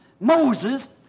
Moses